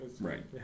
Right